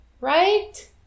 Right